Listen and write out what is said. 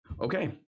okay